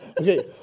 Okay